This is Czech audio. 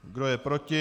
Kdo je proti?